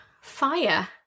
fire